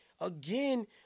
again